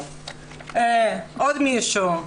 עוד מישהו כותב: